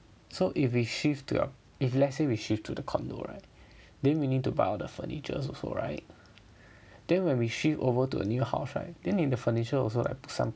so if we shift to if let's say we shift to the condo right then we need to buy all the furniture also right then when we shift over to the new house right then 你的 furniture also 不三不四